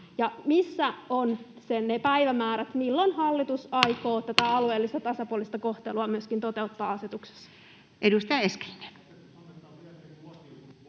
Missä ovat ne päivämäärät, milloin hallitus aikoo tätä alueellista tasapuolista kohtelua myöskin toteuttaa asetuksessa? [Antti